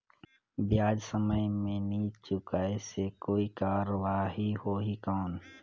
ब्याज समय मे नी चुकाय से कोई कार्रवाही होही कौन?